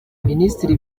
minisitiri